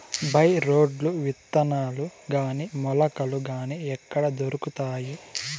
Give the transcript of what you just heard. By రోడ్లు విత్తనాలు గాని మొలకలు గాని ఎక్కడ దొరుకుతాయి?